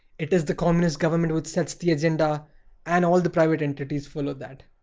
it is the communist government which sets the agenda and all the private entities follow that